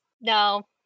no